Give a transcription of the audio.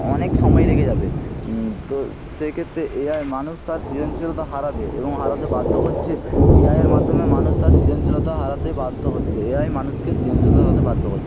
অনেক সময় লেগে যাবে তো সেই ক্ষেত্রে এ আই মানুষ তার সৃজনশীলতা হারাবে এবং হারাতে বাধ্য করছে এআইয়ের মাধ্যমে মানুষ তার সৃজনশীলতা হারাতে বাধ্য হচ্ছে এ আই মানুষকে সৃজনশীলতা হারাতে বাধ্য করছে